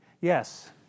yes